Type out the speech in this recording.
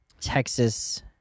Texas